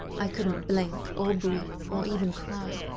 i couldn't blink, or breathe, or even cry.